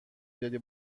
دادی